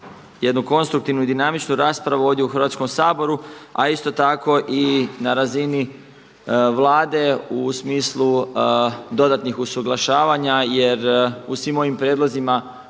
jednu konstruktivnu i dinamičnu raspravu ovdje u Hrvatskom saboru, a isto tako i na razini Vlade u smislu dodatnih usuglašavanja jer u svim ovim prijedlozima